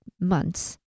months